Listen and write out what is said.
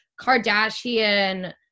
Kardashian